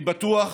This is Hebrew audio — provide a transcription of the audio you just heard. אני בטוח